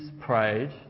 prayed